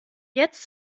jetzt